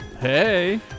hey